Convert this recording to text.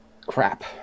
crap